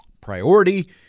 priority